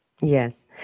Yes